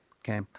Okay